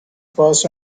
pass